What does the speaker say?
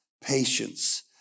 patience